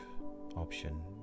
option